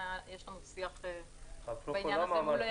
יש לנו שיח בעניין הזה מול גורמי הביטחון.